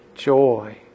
joy